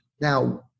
now